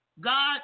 God